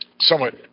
somewhat